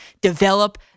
develop